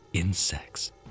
Insects